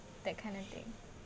that kind of thing